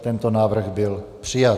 Tento návrh byl přijat.